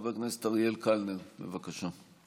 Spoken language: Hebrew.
חבר הכנסת אריאל קלנר, בבקשה.